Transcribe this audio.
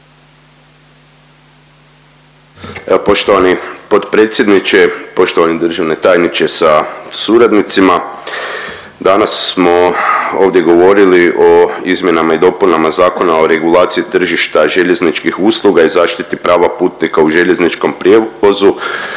poštovani potpredsjedniče, poštovani državni tajniče sa suradnicima danas smo ovdje govorili o izmjenama i dopunama Zakona o regulaciji tržišta željezničkih usluga i zaštiti prava putnika u željezničkom prijevozu,